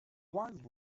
wild